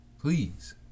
please